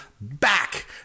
back